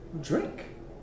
drink